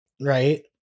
right